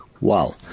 Wow